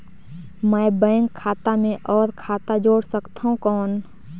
मैं बैंक खाता मे और खाता जोड़ सकथव कौन?